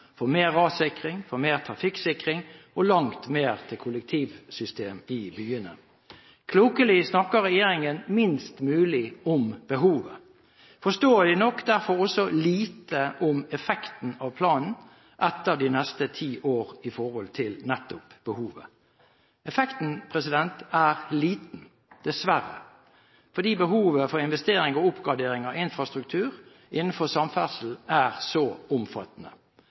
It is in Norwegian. for mer rassikring, for mer trafikksikring, og for langt mer til kollektivsystem i byene. Klokelig snakker regjeringen minst mulig om behovet – forståelig nok derfor også lite om effekten av planen etter de neste ti år i forhold til nettopp behovet. Effekten er liten, dessverre, fordi behovet for investering og oppgradering av infrastruktur innenfor samferdsel er så omfattende.